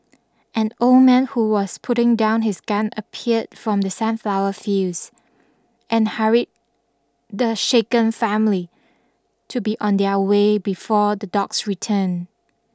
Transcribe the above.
an old man who was putting down his gun appeared from the sunflower fields and hurried the shaken family to be on their way before the dogs return